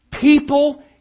People